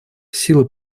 сила